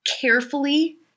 carefully